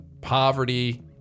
poverty